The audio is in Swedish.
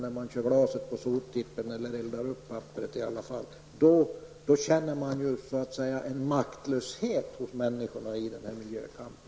Om glaset körs på soptippen och papperet eldas upp känner människorna en maktlöshet i miljökampen.